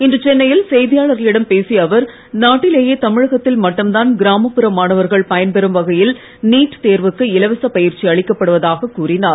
இன்று சென்னையில் செய்தியலாளர்களிடம் பேசிய அவர் நாட்டிலேயே தமிழகத்தில் மட்டும்தான் கிராமப்புற மாணவர்கள் பயன்பெறும் வகையில் நீட் தேர்வுக்கு இலவசப் பயிற்சி அளிக்கப்படுவதாகக் கூறினார்